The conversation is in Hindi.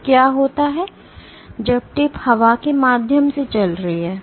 तो क्या होता है जब टिप हवा के माध्यम से चल रही है